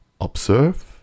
observe